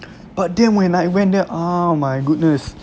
but then when I went there ah my goodness